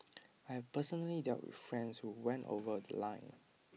I've personally dealt with friends who went over The Line